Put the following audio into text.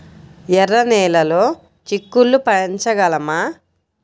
ఎర్ర నెలలో చిక్కుళ్ళు పెంచగలమా?